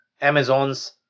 Amazon's